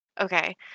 okay